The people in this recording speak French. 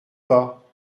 pas